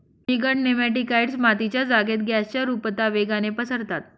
fumigant nematicides मातीच्या जागेत गॅसच्या रुपता वेगाने पसरतात